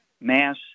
mass